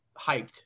hyped